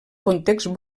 context